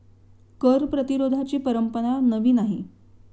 कर प्रतिरोधाची परंपरा नवी नाही